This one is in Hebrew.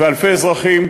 ואלפי אזרחים,